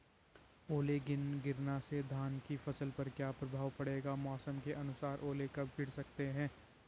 ओले गिरना से धान की फसल पर क्या प्रभाव पड़ेगा मौसम के अनुसार ओले कब गिर सकते हैं?